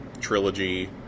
trilogy